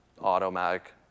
automatic